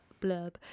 blurb